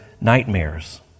nightmares